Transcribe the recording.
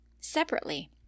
separately